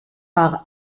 par